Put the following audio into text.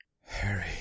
Harry